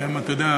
ואתה יודע,